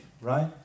right